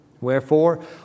Wherefore